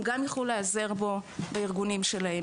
גם יכולים להיעזר בו בארגונים שלהם.